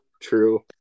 True